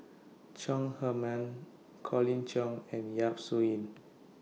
Chong Heman Colin Cheong and Yap Su Yin